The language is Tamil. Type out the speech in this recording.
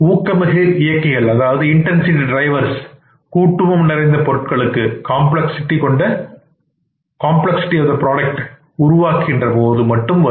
ஊக்கமிகுதி இயக்கிகள் புரோடக்ட் காம்ப்ளக்ஸ்சிட்டி கொண்ட பொருட்களை உருவாக்குகின்ற போது மட்டும் வரும்